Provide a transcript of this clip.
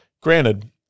granted